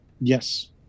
Yes